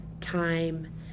time